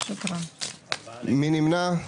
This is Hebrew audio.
מי נמנע?